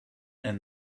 and